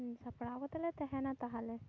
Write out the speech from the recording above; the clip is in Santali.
ᱥᱟᱯᱲᱟᱣ ᱠᱟᱛᱮᱫ ᱞᱮ ᱛᱟᱦᱮᱱᱟ ᱛᱟᱦᱚᱞᱮ